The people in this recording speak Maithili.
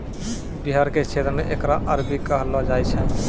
बिहार के क्षेत्र मे एकरा अरबी कहलो जाय छै